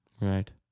Right